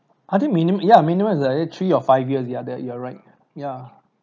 I think minimum ya minimum is either three or five years ya that you are right ya